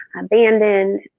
abandoned